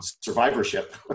survivorship